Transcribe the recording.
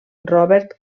robert